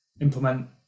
implement